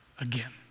Again